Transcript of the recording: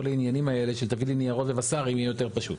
העניינים האלה של תביא לי ניירות ו-וס"רים יהיה יותר פשוט.